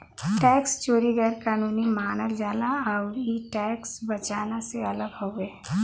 tax चोरी गैर कानूनी मानल जाला आउर इ टैक्स बचाना से अलग हउवे